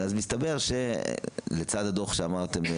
אבל אז מסתבר שלצד הדו"ח שאמרתם,